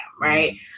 right